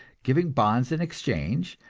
giving bonds in exchange,